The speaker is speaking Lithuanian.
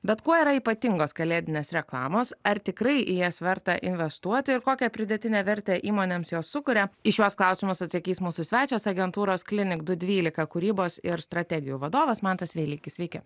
bet kuo yra ypatingos kalėdinės reklamos ar tikrai į jas verta investuoti ir kokią pridėtinę vertę įmonėms jos sukuria į šiuos klausimus atsakys mūsų svečias agentūros klinik du dvylika kūrybos ir strategijų vadovas mantas vėlykis sveiki